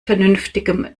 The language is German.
vernünftigem